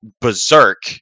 berserk